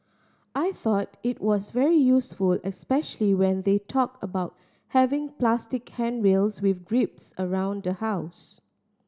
I thought it was very useful especially when they talked about having plastic handrails with grips around the house